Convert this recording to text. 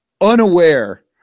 unaware